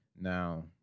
Now